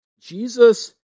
Jesus